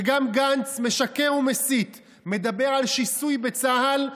וגם גנץ משקר ומסית, מדבר על שיסוי בצה"ל.